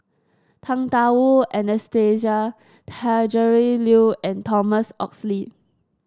Tang Da Wu Anastasia Tjendri Liew and Thomas Oxley